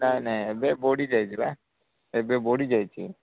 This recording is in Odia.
ନାଇଁ ନାଇଁ ଏବେ ବୁଡ଼ିଯାଇଥିଲା ଏବେ ବୁଡ଼ିଯାଇଛି